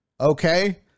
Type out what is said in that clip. okay